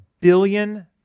billion